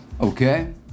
Okay